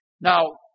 Now